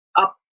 up